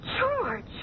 George